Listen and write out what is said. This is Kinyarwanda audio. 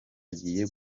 agiye